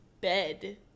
bed